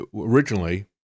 originally